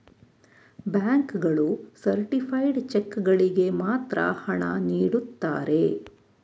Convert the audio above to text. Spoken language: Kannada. ಬ್ಯಾಂಕ್ ಗಳು ಸರ್ಟಿಫೈಡ್ ಚೆಕ್ ಗಳಿಗೆ ಮಾತ್ರ ಹಣ ನೀಡುತ್ತಾರೆ